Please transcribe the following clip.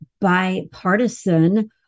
bipartisan